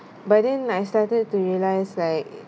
but then I started to realise like